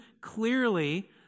clearly